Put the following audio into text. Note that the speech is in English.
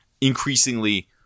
increasingly –